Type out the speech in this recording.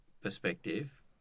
perspective